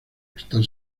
están